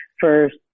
first